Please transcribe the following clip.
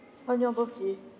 on your birthday